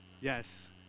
Yes